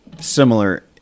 similar